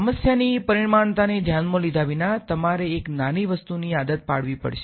સમસ્યાની પરિમાણતાને ધ્યાનમાં લીધા વિના તમારે એક નાની વસ્તુની આદત પાડવી પડશે